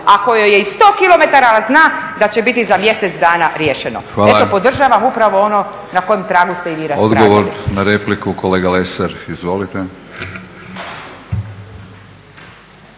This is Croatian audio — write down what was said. ako joj je i 100km ali zna da će biti za mjesec dana riješeno. Eto podržavam upravo ono na kojem tragu ste i vi raspravljali. **Batinić, Milorad (HNS)** Odgovor na repliku kolega Lesar. Izvolite.